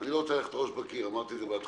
אני לא רוצה ללכת עם הראש בקיר אמרתי את זה בהתחלה.